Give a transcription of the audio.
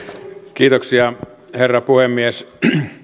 herra puhemies